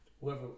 Whoever